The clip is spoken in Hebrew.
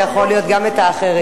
ויכול להיות שגם את האחרים.